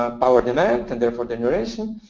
ah power demand, and therefore generation,